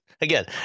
again